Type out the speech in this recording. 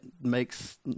makes